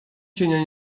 cienia